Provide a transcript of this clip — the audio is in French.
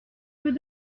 peux